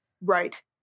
Right